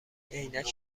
عینک